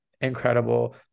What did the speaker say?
incredible